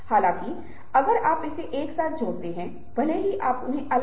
तो यह फिर से चीजों का एक बहुत ही महत्वपूर्ण पहलू है